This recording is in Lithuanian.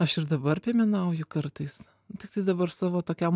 aš ir dabar piemenauju kartais tiktai dabar savo tokiam